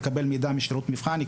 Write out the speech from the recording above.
יקבל מידע משירות מבחן,